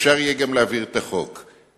אפשר יהיה גם להעביר את החוק.